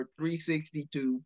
362